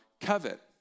covet